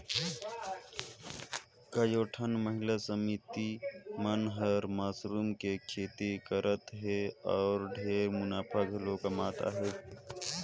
कयोठन महिला समिति मन हर मसरूम के खेती करत हें अउ ढेरे मुनाफा घलो कमात अहे